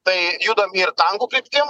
tai judam ir tankų kryptim